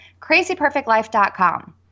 crazyperfectlife.com